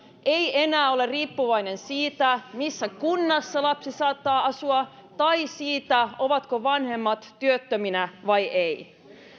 ei enää ole riippuvainen siitä missä kunnassa lapsi saattaa asua tai siitä ovatko vanhemmat työttöminä vai eivät